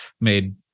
made